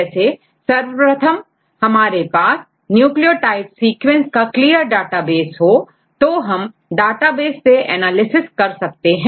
जैसे सर्वप्रथम हमारे पास यदि न्यूक्लियोटाइड सीक्वेंस का क्लियर डाटा बेस तो इस डेटाबेस से एनालिसिस किया जा सकता है